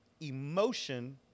emotion